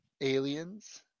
aliens